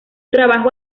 trabajo